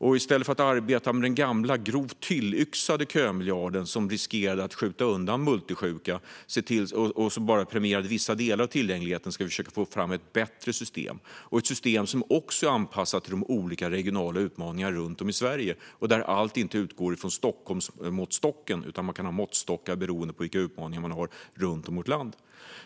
I stället för att arbeta med den gamla, grovt tillyxade kömiljarden, som riskerade att skjuta undan multisjuka och som bara premierade vissa delar, ska vi försöka att få fram ett bättre system. Vi behöver ett system som också är anpassat till de olika regionala utmaningarna runtom i Sverige och där allt inte utgår från Stockholmsmåttstocken utan måttstockar beroende på vilka utmaningar man har runtom i vårt land.